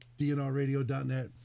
dnrradio.net